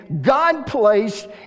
God-placed